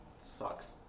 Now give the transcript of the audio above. sucks